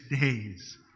days